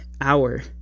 hour